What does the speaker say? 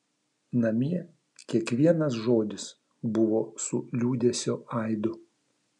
namie kiekvienas žodis buvo su liūdesio aidu